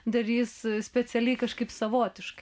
darys specialiai kažkaip savotiškai